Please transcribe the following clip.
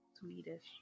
Swedish